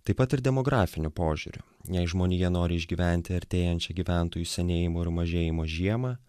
taip pat ir demografiniu požiūriu jei žmonija nori išgyventi artėjančią gyventojų senėjimo ir mažėjimo žiemą